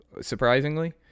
surprisingly